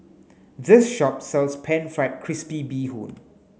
this shop sells pan fried crispy Bee Hoon